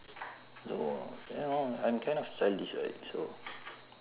no you know I'm kind of childish right so